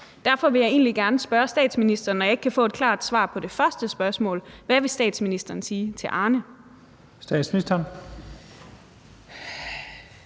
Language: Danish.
Derfor vil jeg egentlig gerne, når jeg ikke kan få et klart svar på det første spørgsmål, spørge statsministeren: Hvad vil statsministeren